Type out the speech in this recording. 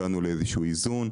הגענו לאיזשהו איזון.